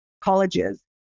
colleges